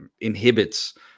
inhibits